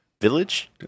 Village